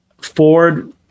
Ford